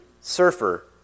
surfer